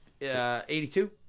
82